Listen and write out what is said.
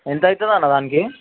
ఎంత అవుతుంది అన్న దానికి